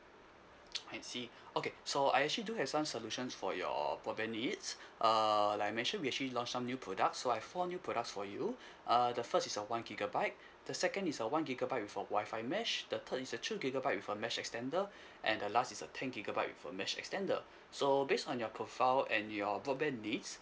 I see okay so I actually do have some solutions for your broadband needs err like I mentioned we actually launched some new products so I have four new products for you uh the first is a one gigabyte the second is a one gigabyte with a wi-fi mesh the third is a two gigabyte with a mesh extender and the last is a ten gigabyte with a mesh extender so based on your profile and your broadband needs